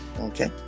Okay